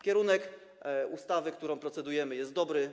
Kierunek ustawy, nad którą procedujemy, jest dobry.